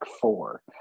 four